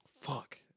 Fuck